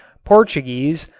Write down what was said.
portuguese,